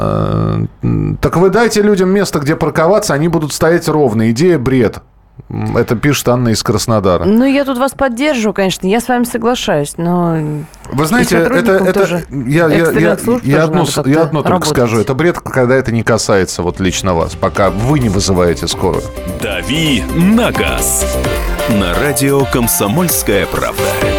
Э, м, так вы дайте людям место, где парковаться, они будут стоять ровно. Идея — бред. М, это пишет Анна из Краснодара. Ну, я тут вас поддерживаю, конечно, я с вами соглашаюсь, но, м, Вы и знаете, это- сотрудникам это- тоже, я- я- я- экстренных служб я тоже одно надо с- я как-то одно только скажу. работать. Это бред, когда это не касается вот лично вас. Пока вы не вызываете скорую. Дави на газ. На радио «Комсомольская правда».